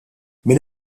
minn